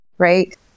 Right